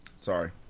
Sorry